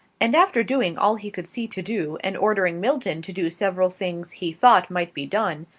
and after doing all he could see to do and ordering milton to do several things he thought might be done,